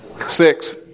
six